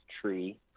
Tree